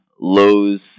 Lowe's